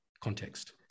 context